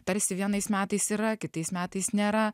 tarsi vienais metais yra kitais metais nėra